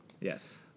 Yes